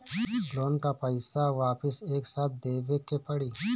Loan का पईसा वापिस एक साथ देबेके पड़ी?